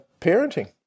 parenting